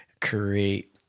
create